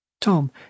Tom